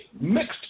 mixed